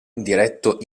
diretto